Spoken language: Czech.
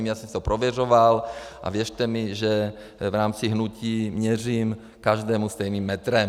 Já jsem si to prověřoval a věřte mi, že v rámci hnutí měřím každému stejným metrem.